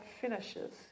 finishes